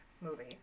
Movie